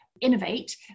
innovate